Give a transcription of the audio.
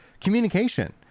communication